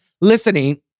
listening